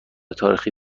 تاریخی